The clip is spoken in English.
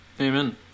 Amen